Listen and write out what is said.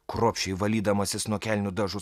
kruopščiai valydamasis nuo kelnių dažus